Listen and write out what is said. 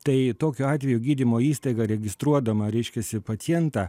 tai tokiu atveju gydymo įstaiga registruodama reiškiasi pacientą